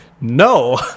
no